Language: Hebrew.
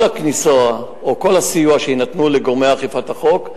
כל הסיוע שיינתן לגורמי אכיפת החוק,